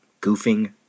Goofing